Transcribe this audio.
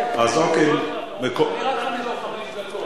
אז אוקיי, אני רק חמש דקות,